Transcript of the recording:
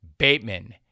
Bateman